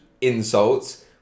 insults